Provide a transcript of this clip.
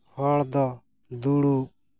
ᱦᱚᱲ ᱫᱚ ᱫᱩᱲᱩᱵ